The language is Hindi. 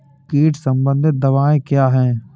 कीट संबंधित दवाएँ क्या हैं?